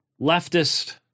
leftist